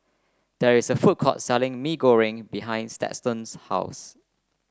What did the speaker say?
there is a food court selling Mee Goreng behind Stetson's house